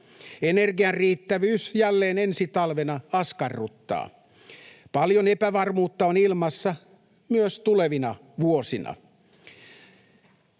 Energian riittävyys jälleen ensi talvena askarruttaa. Paljon epävarmuutta on ilmassa myös tulevina vuosina.